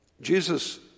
Jesus